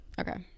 Okay